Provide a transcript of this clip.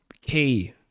key